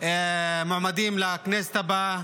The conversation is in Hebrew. מועמדים לכנסת הבאה